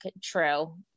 true